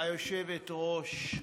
גברתי היושבת-ראש,